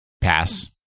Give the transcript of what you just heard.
Pass